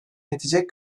yetecek